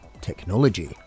technology